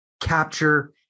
capture